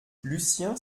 lucien